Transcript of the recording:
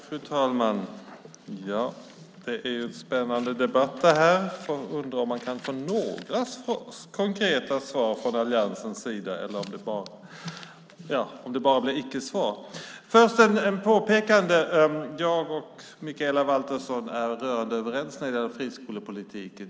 Fru talman! Det är en spännande debatt det här. Jag undrar om man kan få några konkreta svar från alliansens sida eller om det bara blir icke-svar. Först ett påpekande. Jag och Mikaela Valtersson är rörande överens när det gäller friskolepolitiken.